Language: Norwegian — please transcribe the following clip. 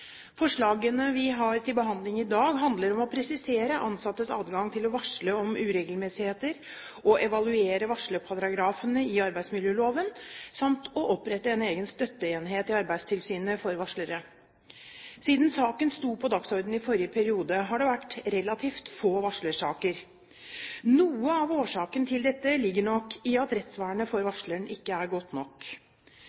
Forslagene vi har til behandling i dag, handler om å presisere ansattes adgang til å varsle om uregelmessigheter, evaluere varslerparagrafene i arbeidsmiljøloven samt opprette en egen støtteenhet for varslere i Arbeidstilsynet. Siden saken sto på dagsordenen i forrige periode, har det vært relativt få varslersaker. Noe av årsaken til dette ligger nok i at rettsvernet for